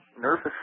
nervous